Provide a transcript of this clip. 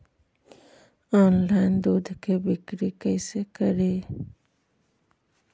Online दुध के बिक्री कैसे करि?